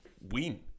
win